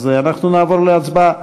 אז אנחנו נעבור להצבעה.